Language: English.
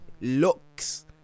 looks